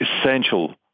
essential